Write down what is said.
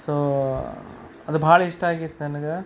so ಅದು ಭಾಳ ಇಷ್ಟ ಆಗ್ಯತ್ ನನಗೆ